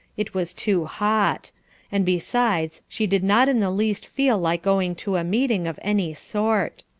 it was too hot and besides, she did not in the least feel like going to a meeting of any sort.